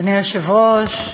אדוני היושב-ראש,